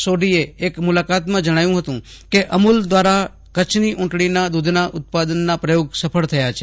સોઢીએ એક મુલાકાતમાં જણાવ્યું હતું કે અમુલ દ્વારા કચ્છની ઊંટડીના દુધના ઉત્પાદનોનો પ્રયોગ સફળ થયો છે